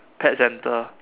pet centre